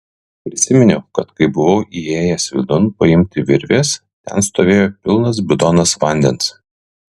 prisiminiau kad kai buvau įėjęs vidun paimti virvės ten stovėjo pilnas bidonas vandens